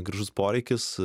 gražus poreikis